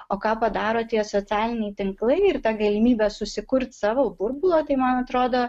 o ką padaro tie socialiniai tinklai ir ta galimybė susikurt savo burbulo tai man atrodo